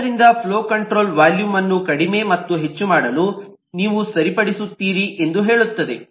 ಆದ್ದರಿಂದ flow control volume ಅನ್ನು ಕಡಿಮೆ ಮತ್ತು ಹೆಚ್ಚು ಮಾಡಲು ನೀವು ಸರಿಪಡಿಸುತ್ತೀರಿ ಎಂದು ಹೇಳುತ್ತದೆ